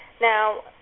Now